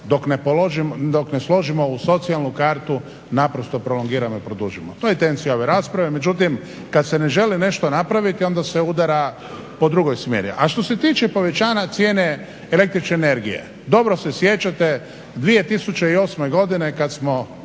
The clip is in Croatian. dok ne složimo u socijalnu kartu naprosto prolongiramo i produžujemo. To je intencija ove rasprave. Međutim, kad se ne želi nešto napraviti onda se udara po drugoj strani. A što tiče povećanja cijene električne energije dobro se sjećate 2008. godine kad smo